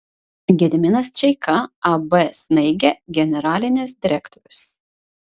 gediminas čeika ab snaigė generalinis direktorius